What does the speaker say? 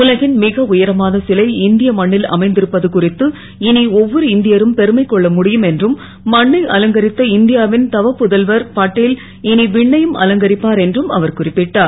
உலகின் மிக உயரமான சிலை இந் ய மண்ணில் அமைந் ருப்பது குறித்து இ ஒ வொரு இந் யரும் பெருமை கொள்ள முடியும் என்றும் மண்ணை அலங்கரித்த இந் யாவின் தவப்புதல்வர் பட்டேல் இ விண்ணையும் அலங்கரிப்பார் என்றும் அவர் குறிப்பிட்டார்